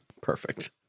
Perfect